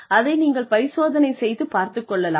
அதை நீங்கள் பரிசோதனை செய்து பார்த்துக் கொள்ளலாம்